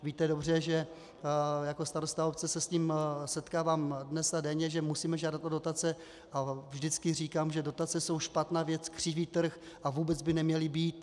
Víte dobře, že jako starosta obce se s tím setkávám dnes a denně, že musím žádat o dotace, a vždycky říkám, že dotace jsou špatná věc, křiví trh a vůbec by neměly být.